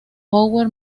power